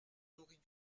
nourris